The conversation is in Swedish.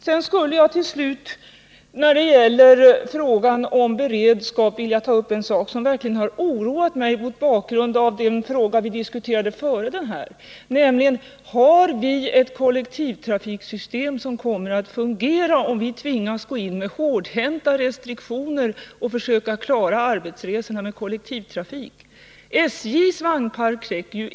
Sedan skulle jag till slut, när det gäller frågan om beredskap, vilja ta upp en sak som verkligen oroat mig mot bakgrunden av den fråga vi diskuterade före denna, nämligen: Har vi ett kollektivtrafiksystem som kommer att fungera om vi tvingas gå in med hårdhänta restriktioner och försöka klara arbetsresorna med kollektivtrafik? SJ:s vagnpark räcker inte.